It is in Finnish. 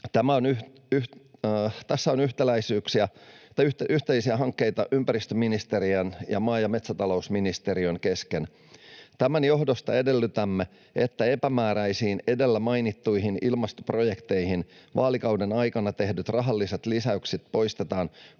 Tässä on yhteisiä hankkeita ympäristöministeriön ja maa‑ ja metsätalousministeriön kesken. Tämän johdosta edellytämme, että epämääräisiin edellä mainittuihin ilmastoprojekteihin vaalikauden aikana tehdyt rahalliset lisäykset poistetaan,